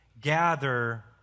gather